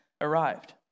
arrived